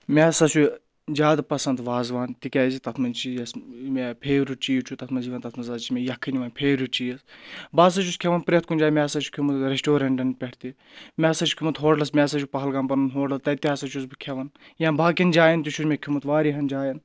مےٚ ہَسا چھُ زیادٕ پَسنٛد وازوان تِکیازِ تَتھ منٛز چھِ یۄس مےٚ فیورِٹ چیٖز چھُ تَتھ منٛز یِوَان تَتھ منٛز ہَسا چھِ مےٚ یَکھٕنۍ یِوان فیورِٹ چیٖز بہٕ ہَسا چھُس کھؠوان پرؠتھ کُنہِ جایہِ مےٚ ہَسا چھُ کھیومُت ریسٹورَنٹَن پؠٹھ تہِ مےٚ ہَسا چھُ کھیٚومُت ہوٹلَس مےٚ ہَسا چھُ پہلگام پَنُن ہوٹل تَتہِ تہِ ہسا چھُس بہٕ کھؠون یا باقین جایَن تہِ چھُس مےٚ کھیوٚمُت واریاہَن جایَن